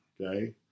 Okay